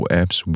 apps